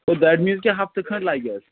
گوٚو that means کہِ ہفتہٕ کھٔنٛڈ لَگہِ اَسہِ